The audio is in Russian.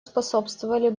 способствовали